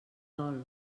dol